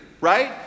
right